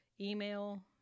email